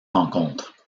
rencontres